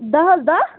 دَہ حظ دَہ